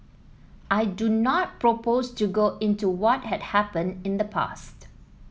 I do not propose to go into what had happened in the past